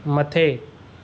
मथे